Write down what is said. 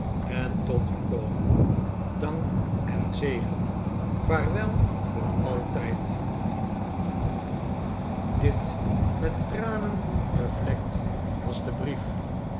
en tot u komen dank en zegen vaarwel voor altijd dit met tranen bevlekt was de brief